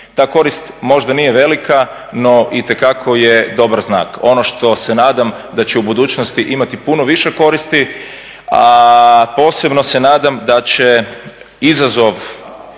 Ta korist možda nije velika no itekako je dobar znak, ono što se nadam da će u budućnosti imati puno više koristi. Posebno se nadam da će izazov